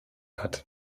hat